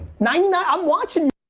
nine, i'm watchin'